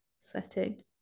setting